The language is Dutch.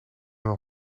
een